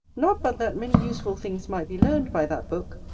not but that many useful things might be learned by that book,